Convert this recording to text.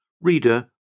Reader